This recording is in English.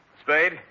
Spade